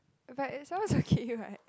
but it sounds okay [what]